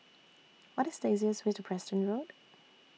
What IS The easiest Way to Preston Road